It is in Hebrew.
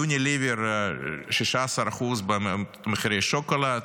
יוניליוור, 16% במחירי השוקולד,